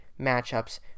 matchups